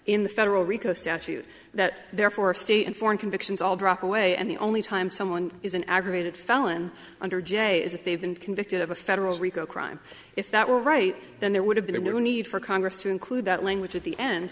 in the federal rico statute that therefore state and foreign convictions all drop away and the only time someone is an aggravated felon under j is if they've been convicted of a federal rico crime if that were right then there would have been no need for congress to include that language at the end